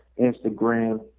Instagram